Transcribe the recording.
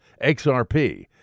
XRP